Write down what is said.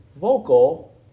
vocal